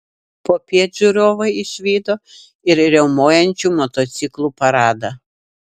popiet žiūrovai išvydo ir riaumojančių motociklų paradą